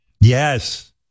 Yes